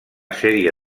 sèrie